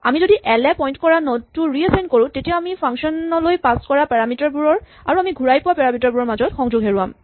আমি যদি এল এ পইন্ট কৰা নড টো ৰিএচাইন কৰো তেতিয়া আমি ফাংচন লৈ পাছ কৰা পাৰামিটাৰ বোৰৰ আৰু আমি ঘূৰাই পোৱা পাৰামিটাৰবোৰৰ মাজত সংযোগ হেৰুৱাম